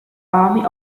army